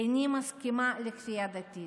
איני מסכימה לכפייה דתית,